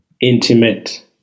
intimate